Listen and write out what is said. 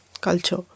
culture